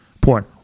porn